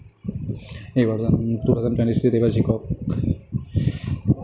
এইবাৰ যেন two thousand twenty থ্ৰীত এইবাৰ জিকক